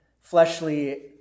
fleshly